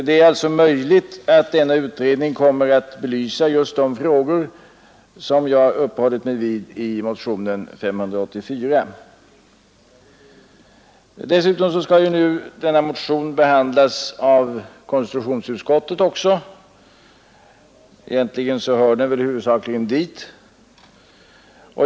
Det är alltså möjligt att denna utredning kommer att belysa de frågor som jag har uppehållit mig vid i motionen 584. Dessutom skall denna motion behandlas också av konstitutionsutskottet — egentligen hör den huvudsakligen dit.